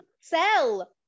sell